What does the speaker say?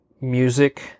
music